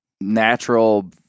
natural